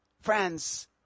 Friends